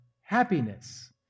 happiness